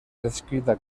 descrita